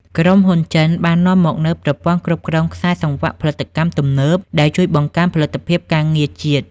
ក្រុមហ៊ុនចិនបាននាំមកនូវប្រព័ន្ធគ្រប់គ្រងខ្សែសង្វាក់ផលិតកម្មទំនើប ដែលជួយបង្កើនផលិតភាពការងារជាតិ។